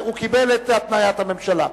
הוא קיבל את התניית הממשלה.